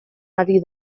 ari